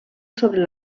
sobre